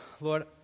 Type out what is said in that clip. Lord